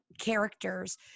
characters